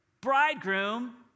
Bridegroom